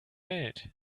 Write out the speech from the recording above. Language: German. welt